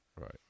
Right